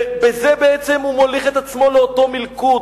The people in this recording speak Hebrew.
ובזה בעצם הוא מוליך את עצמו לאותו מלכוד,